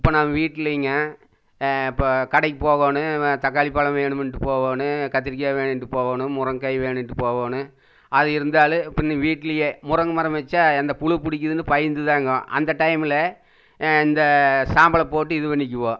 இப்போ நாங்கள் வீட்லேங்க இப்போ கடைக்கு போகணும் தக்காளி பழம் வேணுமென்ட்டு போகணும் கத்திரிக்கா வேணுமென்ட்டு போகணும் முருங்கைக்காய் வேணுன்ட்டு போகணும் அது இருந்தாலே இப்போ வீட்லயே முருங்கை மரம் வைச்சா அந்த புழு பிடிக்கிதுன்னு பயந்து தாங்க அந்த டயமில் இந்த சாம்பலை போட்டு இது பண்ணிக்குவோம்